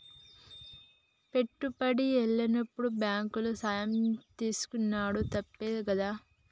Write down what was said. పెట్టుబడి ఎల్లనప్పుడు బాంకుల సాయం తీసుకునుడు తప్పేం గాదు